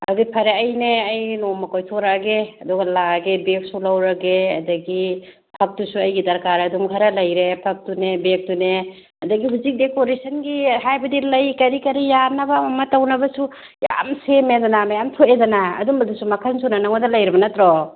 ꯑꯗꯨꯗꯤ ꯐꯔꯦ ꯐꯔꯦ ꯑꯩꯅꯦ ꯑꯩ ꯅꯣꯡꯃ ꯀꯣꯏꯊꯣꯔꯛꯑꯒꯦ ꯑꯗꯨꯒ ꯂꯥꯛꯑꯒꯦ ꯕꯦꯒꯁꯨ ꯂꯧꯔꯒꯦ ꯑꯗꯨꯗꯒꯤ ꯐꯛꯇꯨꯁꯨ ꯑꯩꯒꯤ ꯗꯔꯀꯥꯔ ꯑꯗꯨꯝ ꯈꯔ ꯂꯩꯔꯦ ꯐꯛꯇꯨꯅꯦ ꯕꯦꯒꯇꯨꯅꯦ ꯑꯗꯨꯗꯒꯤ ꯍꯧꯖꯤꯛ ꯗꯦꯀꯣꯔꯦꯁꯟꯒꯤ ꯍꯥꯏꯕꯗꯤ ꯂꯩ ꯀꯔꯤ ꯀꯔꯤ ꯌꯥꯟꯅꯕ ꯑꯃ ꯇꯧꯅꯕꯁꯨ ꯌꯥꯝ ꯁꯦꯝꯃꯦꯗꯅ ꯃꯌꯥꯝ ꯊꯣꯛꯑꯦꯗꯅ ꯑꯗꯨꯝꯕꯗꯨꯁꯨ ꯃꯈꯜ ꯁꯨꯅ ꯅꯪꯉꯣꯟꯗ ꯂꯩꯔꯕ ꯅꯠꯇ꯭ꯔꯣ